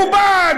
הוא בא,